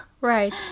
Right